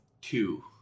two